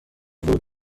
ورود